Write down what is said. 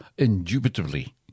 indubitably